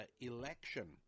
election